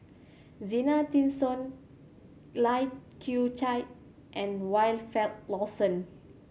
Zena Tessensohn Lai Kew Chai and Wilfed Lawson